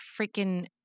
freaking